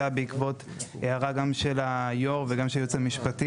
זה היה בעקבות הערה גם של יושב הראש ושגם של היועץ המשפטי,